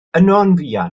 gymdeithas